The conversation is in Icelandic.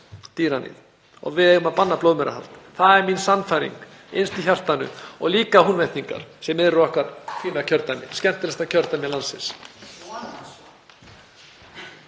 dýraníð og að við eigum að banna blóðmerahald — það er mín sannfæring innst í hjartanu — og líka Húnvetningar sem eru í okkar fína kjördæmi, skemmtilegasta kjördæmi landsins.